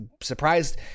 surprised